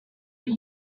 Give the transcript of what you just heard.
were